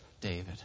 David